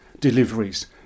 deliveries